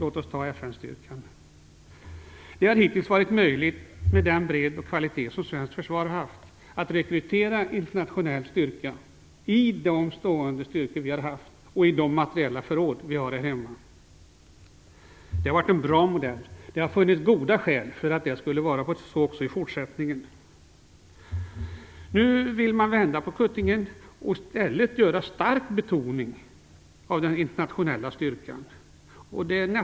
Låt mig börja med FN-styrkan. Det har hittills varit möjligt, med den bredd och kvalitet som svenskt försvar haft, att rekrytera en internationell styrka ur de stående styrkor som vi har haft och med utgångspunkt i de materiella förråd som vi har här hemma. Det har varit en bra modell. Det har funnits goda skäl för att den skulle tillämpas också i fortsättningen.